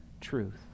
truth